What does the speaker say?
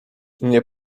nie